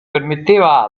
permetteva